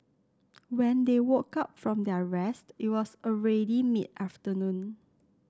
when they woke up from their rest it was already mid afternoon